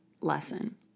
lesson